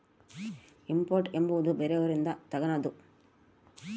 import ಎಂಬುವುದು ಬೇರೆಯವರಿಂದ ತಗನದು